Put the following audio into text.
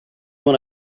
when